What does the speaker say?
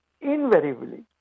invariably